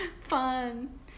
Fun